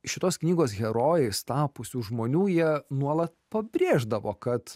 šitos knygos herojais tapusių žmonių jie nuolat pabrėždavo kad